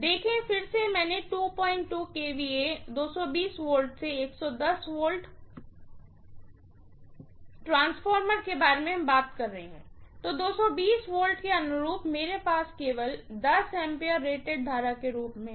देखें यदि मैं फिर से 22 kVA 220 वोल्ट से 110 V ट्रांसफार्मर के बारे में बात कर रही हूँ तो 220 वोल्ट के अनुरूप मेरे पास केवल 10 A रेटेड करंट के रूप में है